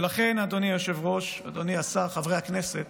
ולכן, אדוני היושב-ראש, אדוני השר, חברי הכנסת,